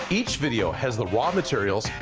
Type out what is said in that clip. each video has the raw materials.